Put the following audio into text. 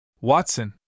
Watson